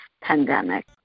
pandemic